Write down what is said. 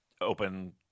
open